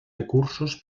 recursos